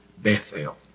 Bethel